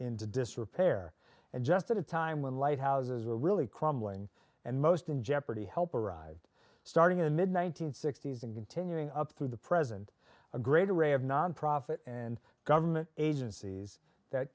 into disrepair and just at a time when lighthouses were really crumbling and most in jeopardy help arrived starting in the mid one nine hundred sixty s and continuing up through the present a greater array of nonprofit and government agencies that